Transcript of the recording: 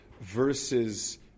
versus